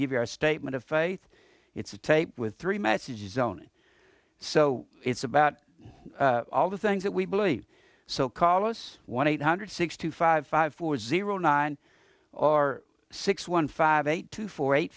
give you our so basement of faith it's a tape with three messages zoning so it's about all the things that we believe so call us one eight hundred sixty five five four zero nine or six one five eight two four eight